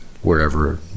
wherever